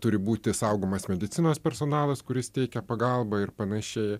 turi būti saugomas medicinos personalas kuris teikia pagalbą ir panašiai